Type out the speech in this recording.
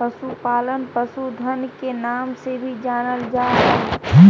पशुपालन पशुधन के नाम से भी जानल जा हई